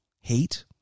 hate